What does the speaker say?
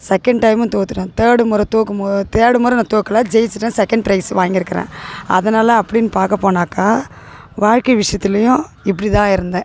second டைமும் தோத்துவிட்டேன் third முறை தோக்கும் மோ தேர்டு முறை நான் தோற்கல ஜெயிச்சிட்டேன் செகண்ட் ப்ரைஸ் வாங்கிருக்கிறேன் அதனால் அப்படின்னு பார்க்கப்போனாக்கா வாழ்க்கை விஷயத்துலையும் இப்படி தான் இருந்தேன்